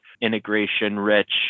integration-rich